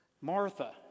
Martha